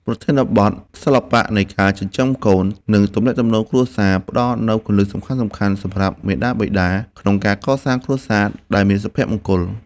ប្រធានបទ សិល្បៈនៃការចិញ្ចឹមកូន និងទំនាក់ទំនងគ្រួសារ ផ្ដល់នូវគន្លឹះសំខាន់ៗសម្រាប់មាតាបិតាក្នុងការកសាងគ្រួសារដែលមានសុភមង្គល។